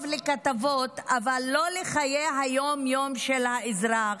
טוב לכתבות אבל לא לחיי היום יום של האזרח,